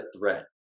threat